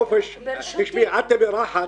את המארחת,